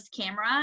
camera